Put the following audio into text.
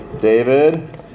David